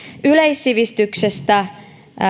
yleissivistyksestä